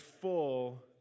full